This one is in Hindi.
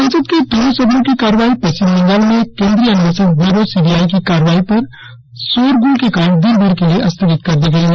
संसद के दोनों सदनों की कार्यवाही पश्चिम बंगाल में केंद्रीय अन्वेषण ब्यूरा सीबीआई की कार्रवाई पर शोरगुल के कारण दिनभर के लिए स्थगित कर दी गई है